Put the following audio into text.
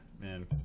Man